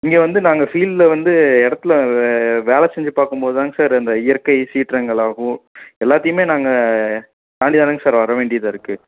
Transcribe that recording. இங்கே வந்து நாங்கள் ஃபீல்டில் வந்து இடத்துல வேலை செஞ்சு பார்க்கும்போது தாங்க சார் அந்த இயற்கை சீற்றங்கள் ஆகும் எல்லாத்தையுமே நாங்கள் தாண்டி தானங்க சார் வர வேண்டியதாக இருக்குது